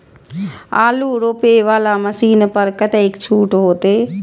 आलू रोपे वाला मशीन पर कतेक छूट होते?